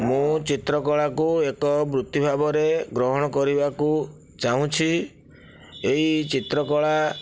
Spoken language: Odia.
ମୁଁ ଚିତ୍ରକଳାକୁ ଏକ ବୃତ୍ତି ଭାବରେ ଗ୍ରହଣ କରିବାକୁ ଚାହୁଁଛି ଏହି ଚିତ୍ରକଳା